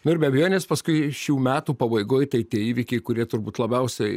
nu ir be abejonės paskui šių metų pabaigoj tai tie įvykiai kurie turbūt labiausiai